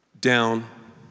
down